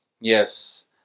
Yes